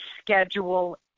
schedule